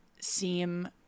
seem